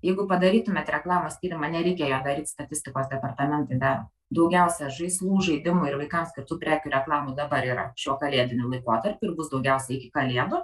jeigu padarytumėt reklamos tyrimą nereikia jo daryt statistikos departamentai daro daugiausia žaislų žaidimų ir vaikams skirtų prekių reklamų dabar yra šiuo kalėdiniu laikotarpiu ir bus daugiausia iki kalėdų